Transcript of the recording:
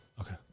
Okay